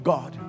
God